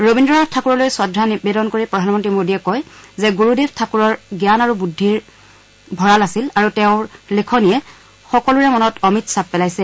ৰবীজ্ৰনাথ ঠাকুৰলৈ শ্ৰদ্ধা নিবেদন কৰি প্ৰধানমন্তী মোডীয়ে কয় যে গুৰুদেৱ ঠাকুৰ জ্ঞান আৰু বুদ্ধিৰ ভঁৰাল আছিল আৰু তেওঁৰ লিখনিয়ে সকলোৰে মনত অমিতচাপ পেলাইছে